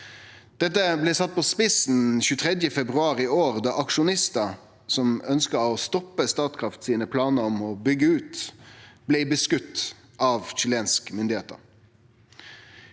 Dette blei sett på spissen 23. februar i år, da aksjonistar som ønskte å stoppe Statkraft sine planar om å bygge ut, blei skotne på av chilenske myndigheiter.